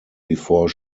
before